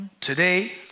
today